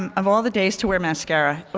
um of all the days to wear mascara. oh,